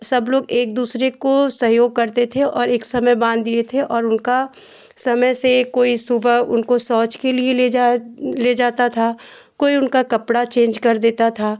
सब लोग एक दूसरे को सहयोग करते थे और एक समय बाँध दिए थे और उनका समय से कोई सुबह उनको शौच के लिए ले जा ले जाता था कोई उनका कपड़ा चेन्ज कर देता था